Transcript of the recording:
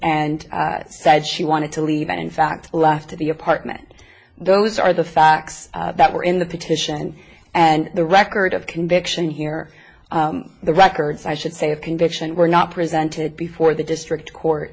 and said she wanted to leave and in fact left to the apartment those are the facts that were in the petition and the record of conviction here the records i should say of conviction were not presented before the district court